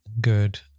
good